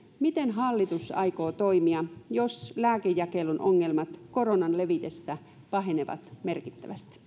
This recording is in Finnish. miten hallitus aikoo toimia jos lääkejakelun ongelmat koronan levitessä pahenevat merkittävästi